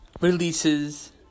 releases